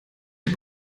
dem